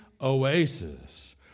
oasis